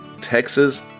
Texas